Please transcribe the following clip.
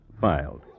filed